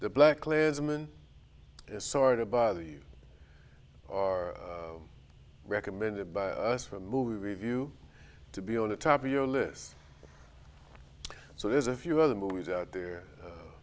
the black lensman sort of bother you are recommended by us from movie review to be on the top of your list so there's a few other movies out there